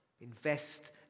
invest